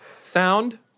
sound